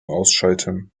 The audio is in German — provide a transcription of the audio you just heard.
ausschalten